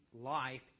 life